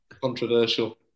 Controversial